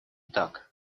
так